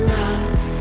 love